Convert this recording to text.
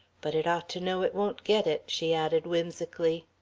but it ought to know it won't get it, she added whimsically.